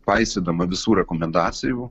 paisydama visų rekomendacijų